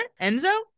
Enzo